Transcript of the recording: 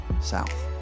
south